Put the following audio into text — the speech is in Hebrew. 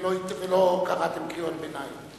ולא קראתם קריאות ביניים.